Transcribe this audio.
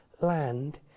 land